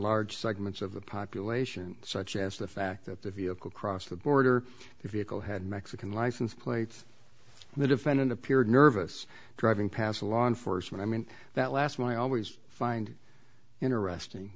large segments of the population such as the fact that the vehicle crossed the border if you call had mexican license plates and the defendant appeared nervous driving past a law enforcement i mean that last one i always find interesting